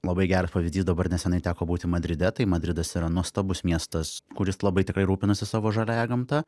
labai geras pavyzdys dabar neseniai teko būti madride tai madridas yra nuostabus miestas kuris labai tikrai rūpinasi savo žaliąja gamta